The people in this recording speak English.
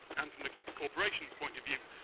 and from the corporation's point of view,